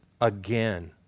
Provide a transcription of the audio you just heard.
again